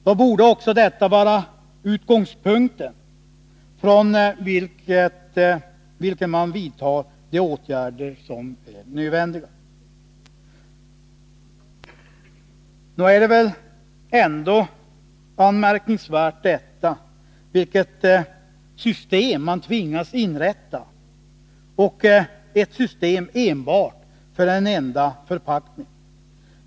Då borde också detta vara den utgångspunkt, från vilken man vidtar de åtgärder som är nödvändiga. Nog är det väl ändå anmärkningsvärt vilket system man tvingas inrätta, och det enbart för en enda förpackning.